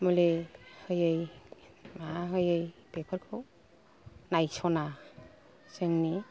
मुलि होयै मा होयै बेफोरखौ नायस'ना जोंनि